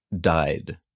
died